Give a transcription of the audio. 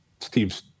Steve's